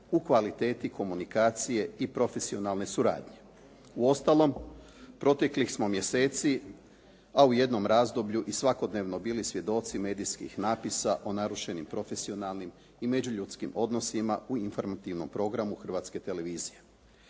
u kvaliteti komunikacije i profesionalne suradnje. Uostalom, proteklih smo mjeseci, a u jednom razdoblju i svakodnevno bili svjedoci medijskim napisa o narušenim profesionalnim i međuljudskim odnosima u informativnom programu Hrvatske televizije.